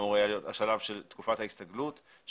אמור היה להיות השלב של תקופת ההסתגלות שבו,